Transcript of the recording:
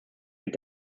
mit